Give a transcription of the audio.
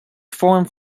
formed